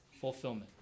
fulfillment